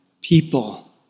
people